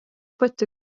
pati